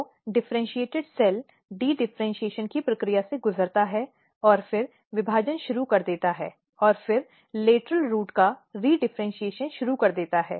तो differentiated cell dedifferentiation की प्रक्रिया से गुजरता है और फिर विभाजन शुरू कर देता है और फिर लेटरल रूट का री डिफ़र्इन्शीएशन शुरू कर देता है